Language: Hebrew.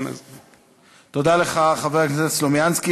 תודה לך, חבר הכנסת סלומינסקי.